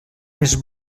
més